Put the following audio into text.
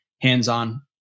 Hands-on